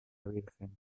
virgen